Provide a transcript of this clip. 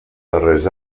darrers